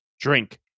Drink